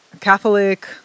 Catholic